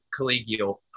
collegial